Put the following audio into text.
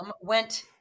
went